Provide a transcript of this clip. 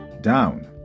down